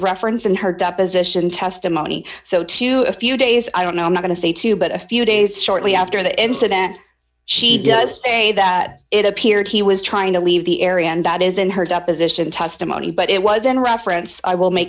referenced in her deposition testimony so to a few days i don't know i'm going to say to you but a few days shortly after the incident she does say that it appeared he was trying to leave the area and that is in her deposition testimony but it was in reference i will make